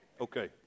Okay